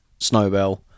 Snowbell